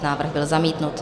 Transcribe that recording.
Návrh byl zamítnut.